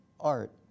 Art